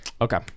okay